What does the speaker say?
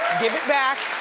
give it back.